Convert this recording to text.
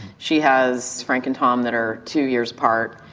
she has frank and tom that are two years apart,